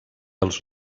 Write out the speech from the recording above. els